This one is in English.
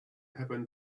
happened